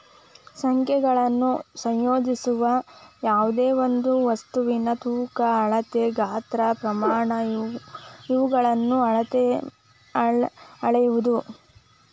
ಸಂಖ್ಯೆಗಳನ್ನು ಸಂಯೋಜಿಸುವ ಯಾವ್ದೆಯೊಂದು ವಸ್ತುವಿನ ತೂಕ ಅಳತೆ ಗಾತ್ರ ಪ್ರಮಾಣ ಇವುಗಳನ್ನು ಅಳೆಯುವುದು